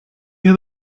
have